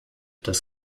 das